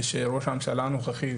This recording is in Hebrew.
כשראש הממשלה הנוכחי,